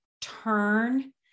turn